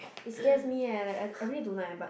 it scares me eh like I I really don't like ah but